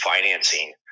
financing